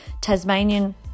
Tasmanian